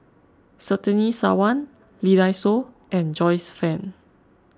Surtini Sarwan Lee Dai Soh and Joyce Fan